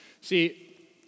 See